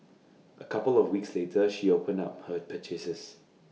A couple of weeks later she opened up her purchases